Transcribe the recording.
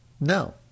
No